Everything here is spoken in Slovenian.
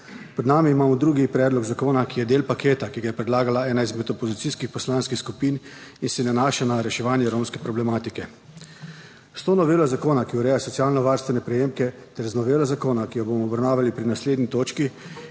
Pred sabo imamo drugi predlog zakona, ki je del paketa, ki ga je predlagala ena izmed opozicijskih poslanskih skupin in se nanaša na reševanje romske problematike. S to novelo zakona, ki ureja socialnovarstvene prejemke, ter z novelo zakona, ki jo bomo obravnavali pri naslednji točki